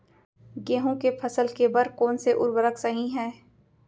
गेहूँ के फसल के बर कोन से उर्वरक सही है?